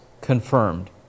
confirmed